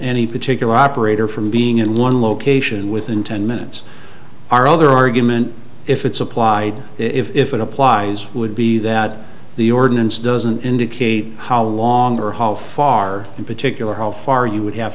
any particular operator from being in one location within ten minutes our other argument if it's applied if it applies would be that the ordinance doesn't indicate how longer haul far in particular how far you would have